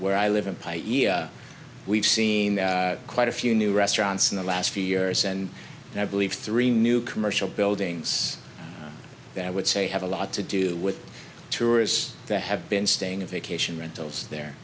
where i live in place we've seen quite a few new restaurants in the last few years and and i believe three new commercial buildings that i would say have a lot to do with tourists to have been staying a vacation rentals there